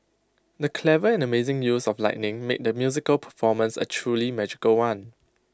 the clever and amazing use of lighting made the musical performance A truly magical one